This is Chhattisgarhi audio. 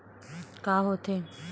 का होथे?